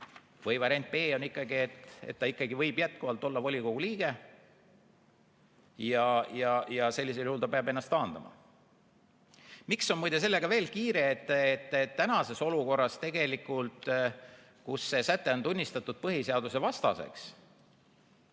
või variant B on ikkagi, et ta võib jätkuvalt olla volikogu liige ja sellisel juhul ta peab ennast taandama? Miks on muide sellega veel kiire? Tänases olukorras, kus see säte on tunnistatud põhiseadusvastaseks,